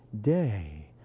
day